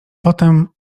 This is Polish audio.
potem